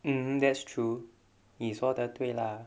mmhmm that's true 你说得对 lah